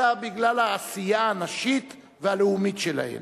אלא בגלל העשייה הנשית והלאומית שלהן.